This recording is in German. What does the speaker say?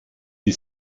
die